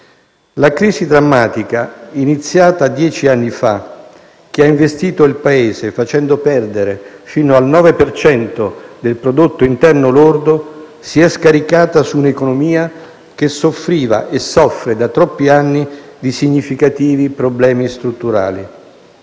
La crisi drammatica iniziata dieci anni fa, che ha investito il Paese, facendo perdere fino al 9 per cento del prodotto interno lordo, si è scaricata su un'economia che soffriva e soffre da troppi anni di significativi problemi strutturali.